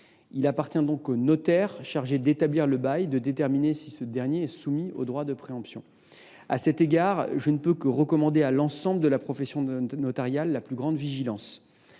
Il appartient donc au notaire chargé d’établir le bail de déterminer si celui ci est soumis au droit de préemption. À cet égard, je ne puis que recommander à l’ensemble de la profession notariale la plus grande vigilance.